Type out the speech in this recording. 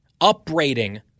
upbraiding